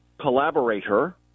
collaborator